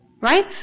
Right